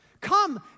Come